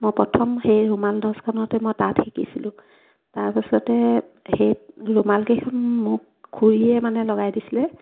মই প্ৰথম সেই ৰুমাল দছখনতে মই তাঁত শিকিছিলোঁ তাৰপাছতে সেই ৰুমালকেইখন মোক খুৰীয়ে মানে লগাই দিছিলে